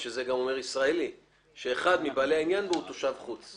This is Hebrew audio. שזה גם אומר ישראלי שאחד מבעלי העניין בו הוא תושב חוץ.